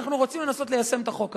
אנחנו רוצים לנסות ליישם את החוק הזה.